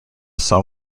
song